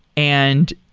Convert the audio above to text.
and